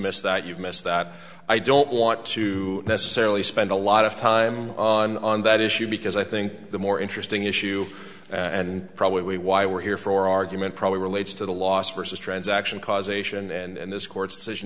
missed that you've missed that i don't want to necessarily spend a lot of time on that issue because i think the more interesting issue and probably why we're here for argument probably relates to the last versus transaction causation and this court's decision